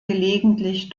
gelegentlich